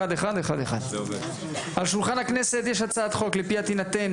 1111. על שולחן הכנסת יש הצעת על פיה תינתן